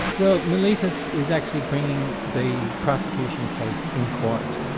well, meletus is actually bringing the prosecution case in court,